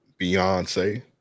Beyonce